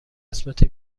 قسمت